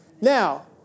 Now